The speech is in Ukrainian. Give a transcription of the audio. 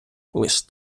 лиш